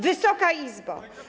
Wysoka Izbo!